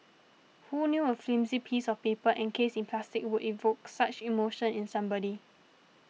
who knew a flimsy piece of paper encased in plastic will evoke such emotion in somebody